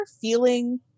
feeling